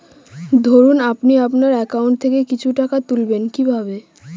ধরুন আপনি আপনার একাউন্ট থেকে কিছু টাকা তুলবেন কিভাবে?